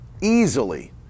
easily